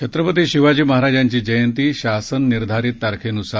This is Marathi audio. छत्रपती शिवाजी महाराजांची जयंती शासन निर्धारित तारखेनुसार